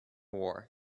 war